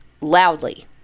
loudly